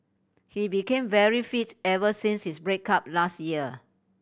he became very fit ever since his break up last year